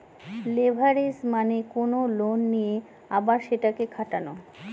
leverage মানে কোনো loan নিয়ে আবার সেটাকে খাটানো